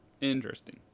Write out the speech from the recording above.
Interesting